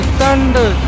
thunder